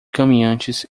caminhantes